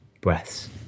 breaths